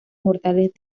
mortales